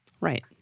Right